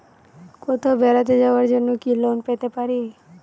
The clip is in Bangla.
কোথাও বেড়াতে যাওয়ার জন্য কি লোন পেতে পারি?